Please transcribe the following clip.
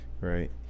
right